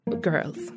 Girls